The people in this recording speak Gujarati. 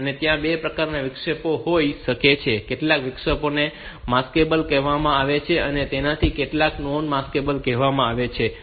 ત્યાં બે પ્રકારના વિક્ષેપો હોઈ શકે છે કેટલાક વિક્ષેપોને માસ્કેબલ કહેવામાં આવે છે અને તેમાંથી કેટલાકને નોન માસ્કેબલ કહેવામાં આવે છે